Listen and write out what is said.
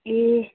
ए